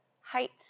height